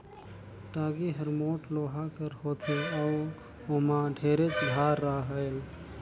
टागी हर मोट लोहा कर होथे अउ ओमहा ढेरेच धार रहेल